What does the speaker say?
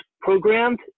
programmed